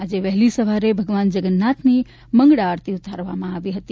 આજે વહેલી સવારે ભગવાન જન્નાથની મંગળા આરતી ઉતારવામાં આવી હતી